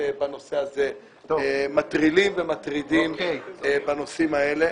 בנושא הזה - מטרילים ומטרידים בנושאים האלה.